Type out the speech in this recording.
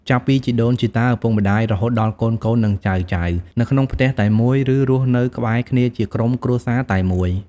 ចាប់ពីជីដូនជីតា ឪពុកម្ដាយ រហូតដល់កូនៗ និងចៅៗ នៅក្នុងផ្ទះតែមួយ ឬរស់នៅក្បែរគ្នាជាក្រុមគ្រួសារតែមួយ។